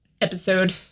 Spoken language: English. episode